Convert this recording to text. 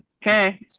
okay.